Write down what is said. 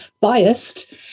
biased